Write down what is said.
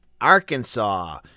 Arkansas